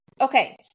okay